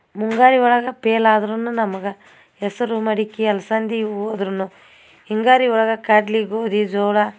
ಮುಂಗಾರು ಒಳಗೆ ಪೇಲ್ ಆದ್ರೂ ನಮಗೆ ಹೆಸರು ಮಡಕೆ ಅಲ್ಸಂದೆ ಹೋದ್ರುನು ಹಿಂಗಾರು ಒಳಗೆ ಕಡ್ಲೆ ಗೋಧಿ ಜೋಳ